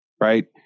right